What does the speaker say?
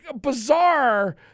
bizarre